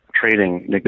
trading